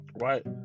Right